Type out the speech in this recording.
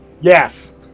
Yes